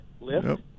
lift